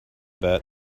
bet